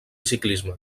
ciclisme